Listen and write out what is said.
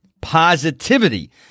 positivity